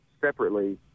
separately